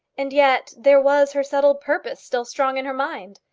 and yet there was her settled purpose still strong in her mind.